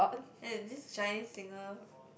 eh this Chinese singer